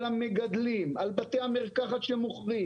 על המגדלים, על בתי המרקחת שמוכרים.